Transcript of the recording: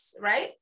right